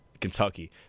Kentucky